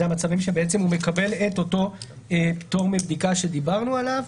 אלה המצבים שהוא מקבל את אותו פטור מבדיקה שדיברנו עליו.